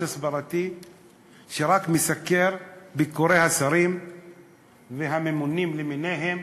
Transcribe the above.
הסברתי שרק מסקר את ביקורי השרים והממונים למיניהם